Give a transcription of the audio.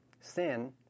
sin